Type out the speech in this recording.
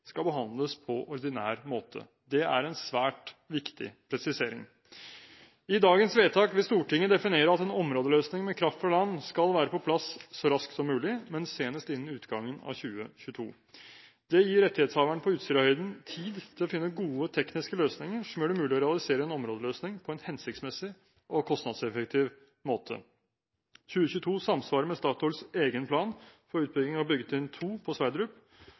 skal behandles på ordinær måte. Det er en svært viktig presisering. I dagens vedtak vil Stortinget definere at en områdeløsning med kraft fra land skal være på plass så raskt som mulig, men senest innen utgangen av 2022. Det gir rettighetshaverne på Utsirahøyden tid til å finne gode tekniske løsninger som gjør det mulig å realisere en områdeløsning på en hensiktsmessig og kostnadseffektiv måte. 2022 samsvarer med Statoils egen plan for utbygging av byggetrinn 2 på